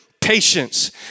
patience